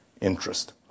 interest